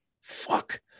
Fuck